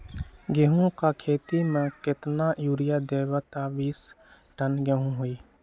गेंहू क खेती म केतना यूरिया देब त बिस टन गेहूं होई?